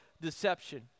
deception